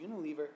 Unilever